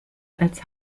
als